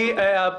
ככה לא עושים.